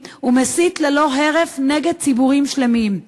ומסית ללא הרף נגד ציבורים שלמים.